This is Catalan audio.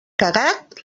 cagat